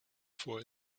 for